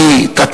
כי היא תת-ניצב,